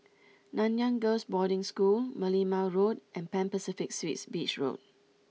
Nanyang Girls' Boarding School Merlimau Road and Pan Pacific Suites Beach Road